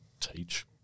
teach